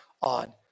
on